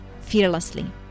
fearlessly